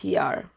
PR